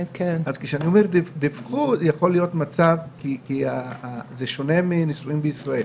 כשאני אומר "דיווחו" זה בגלל שזה שונה מנישואים בישראל.